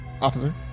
Officer